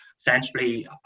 Essentially